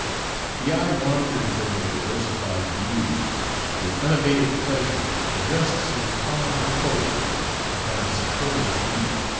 the eye wanders over the diversified views with unabated pleasure, and rests in calm repose upon its superlative beauty.